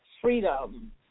freedom